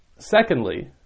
Secondly